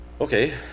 Okay